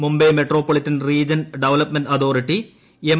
Mumbai metropolitan region development authority M